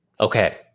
Okay